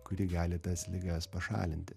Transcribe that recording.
kuri gali tas ligas pašalinti